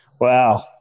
Wow